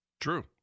True